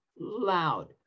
loud